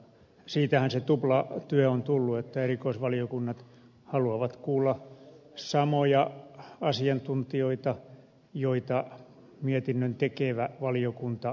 siitähän se tuplatyö on tullut että erikoisvaliokunnat haluavat kuulla samoja asiantuntijoita joita mietinnön tekevä valiokunta kuulee